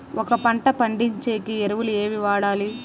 ఒక పంట పండించేకి ఎరువులు ఏవి వాడాలి?